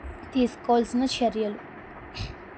తీసుకోవాల్సిన చర్యలు